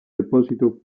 depósito